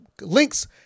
links